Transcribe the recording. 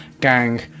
gang